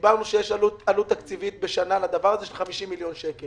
דיברנו על כך שיש עלות תקציבית של 50 מיליוני שקלים לנושא זה.